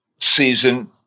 season